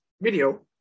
video